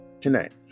tonight